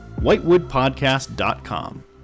whitewoodpodcast.com